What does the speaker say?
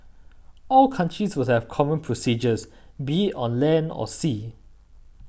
all countries will have common procedures be on land or sea